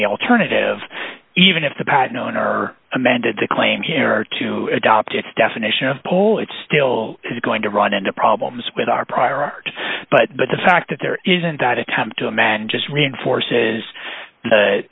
the alternative even if the pad known are amended to claim here or to adopt its definition of pull it's still going to run into problems with our prior art but but the fact that there isn't that a time to a man just reinforces